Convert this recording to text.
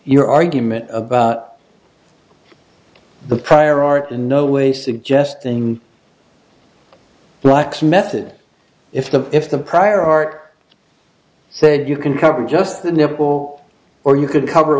your argument about the prior art in no way suggesting blacks method if the if the prior art said you can cover just the nipple or you could cover a